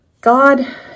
God